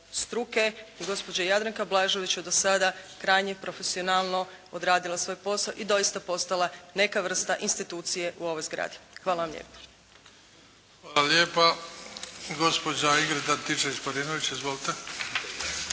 I gospođa Jadranka Blažević je do sada krajnje profesionalno odradila svoj posao i doista postala neka vrsta institucije u ovoj zgradi. Hvala vam lijepo. **Bebić, Luka (HDZ)** Hvala lijepa. Gospođa Ingrid Antičević Marinović. Izvolite!